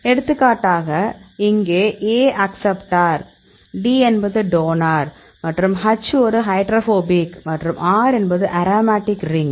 எடுத்துக்காட்டாக இங்கே A acceptor D என்பது டோனார் மற்றும் H ஒரு ஹைட்ரோபோபிக் மற்றும் R என்பது அரோமேட்டிக் ரிங்